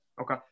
Okay